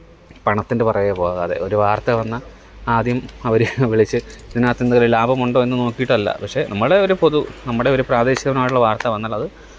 പണത്തിന്റെ പുറകെ പോകാതെ ഒരു വാര്ത്ത വന്നാൽ ആദ്യം അവര് വിളിച്ച് ഇതിനാത്തെന്തെങ്കിലും ലാഭമുണ്ടോയെന്ന് നോക്കിയിട്ടില്ല പക്ഷെ നമ്മളുടെ ഒരു പൊതു നമ്മുടെ ഒരു പ്രാദേശികമായിട്ടുള്ള വാര്ത്ത വന്നാലത്